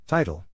Title